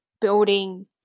building